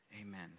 amen